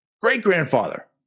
great-grandfather